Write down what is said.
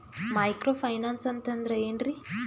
Micro finance ಅಂತಂದ್ರ ಏನ್ರೀ?